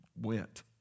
went